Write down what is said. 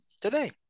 today